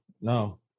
no